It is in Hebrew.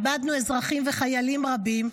איבדנו אזרחים וחיילים רבים,